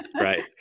Right